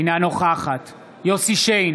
אינה נוכחת יוסף שיין,